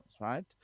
right